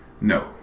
No